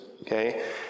okay